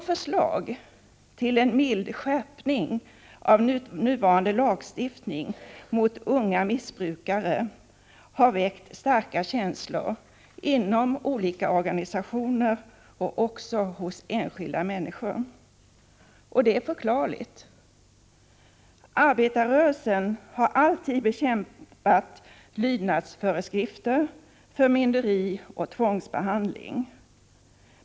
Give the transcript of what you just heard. Förslagen till en mild skärpning av nuvarande lagstiftning när det gäller unga missbrukare har väckt starka känslor inom olika organisationer och också hos enskilda människor. Det är förklarligt. Arbetarrörelsen har alltid bekämpat lydnadsföreskrifter, förmynderi och tvångsbehandling.